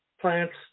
plants